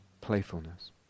playfulness